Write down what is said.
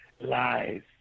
Lies